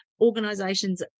organizations